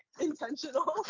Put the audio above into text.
intentional